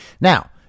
Now